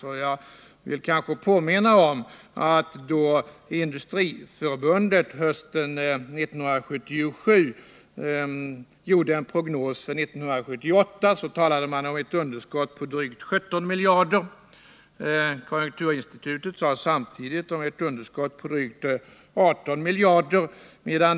Jag vill påminna om att när Industriförbundet hösten 1977 gjorde en prognos för 1978, talade man om ett underskott på drygt 17 miljarder. Konjunkturinstitutet sade samtidigt att det skulle bli ett underskott på drygt 18 miljarder.